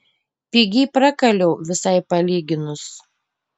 pigiai prakaliau visai palyginus